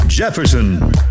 Jefferson